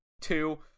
two